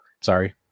sorry